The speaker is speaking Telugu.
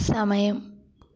సమయం